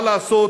מה לעשות,